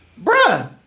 Bruh